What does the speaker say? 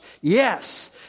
Yes